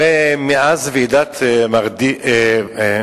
הרי מאז ועידת מדריד,